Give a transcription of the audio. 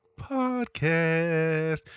podcast